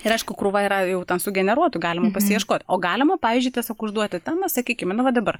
ir aišku krūva yra jau ten sugeneruotų galima pasiieškot o galima pavyzdžiui tiesiog užduoti temas sakykime nu va dabar